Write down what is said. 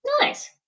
nice